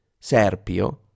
Serpio